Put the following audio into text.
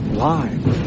live